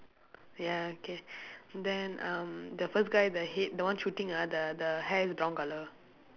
ya K then um the first guy the head the one shooting ah the the hair is brown colour